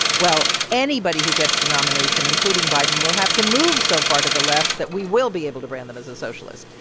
well, anybody who gets the nomination, including biden, will have to move so far to the left that we will be able to brand them as a socialist.